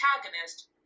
protagonist